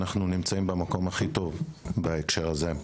אנחנו נמצאים במקום הכי טוב בהקשר הזה.